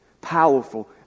Powerful